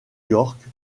york